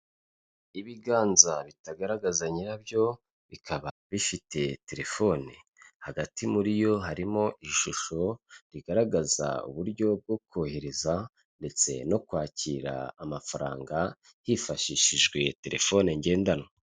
Ibiganza bitagaragaza nyirabyo bikaba bifite telefoni, hagati muri yo harimo ishusho rigaragaza uburyo bwo kohereza ndetse no kwakira amafaranga hifashishijwe telefone ngendanwa.